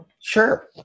Sure